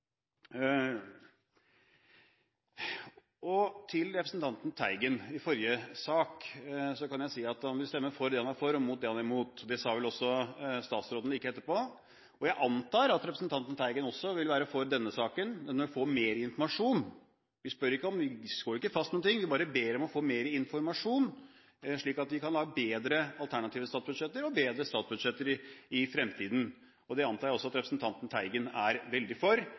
han er for, og imot det han er imot. Det sa vel også statsråden like etterpå. Jeg antar at representanten Teigen også vil være for denne saken når han får mer informasjon. Vi slår ikke fast noen ting, men bare ber om å få mer informasjon, slik at vi kan ha bedre alternative statsbudsjetter og bedre statsbudsjetter i framtiden. Det antar jeg at også representanten Teigen er veldig for,